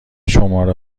شماره